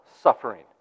suffering